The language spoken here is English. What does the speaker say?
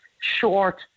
short